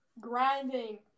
grinding